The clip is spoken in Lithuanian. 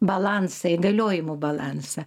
balansą įgaliojimų balansą